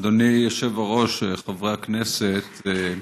אדוני היושב-ראש, חברי הכנסת,